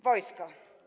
Wojsko.